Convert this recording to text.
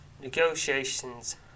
Negotiations